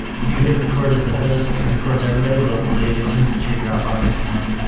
you hit record as the host. records everybody locally, sends it to your dropbox account,